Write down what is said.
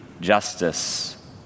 justice